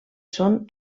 són